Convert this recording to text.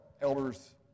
elders